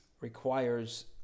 requires